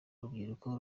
urubyiruko